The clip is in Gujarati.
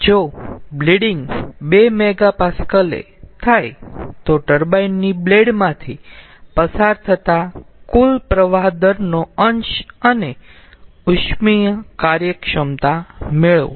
જો બ્લીડીંગ 2 MPa એ થાય તો ટર્બાઇન ની બ્લેડ માંથી પસાર થતા કુલ પ્રવાહ દરનો અંશ અને ઉષ્મીય કાર્યક્ષમતા મેળવો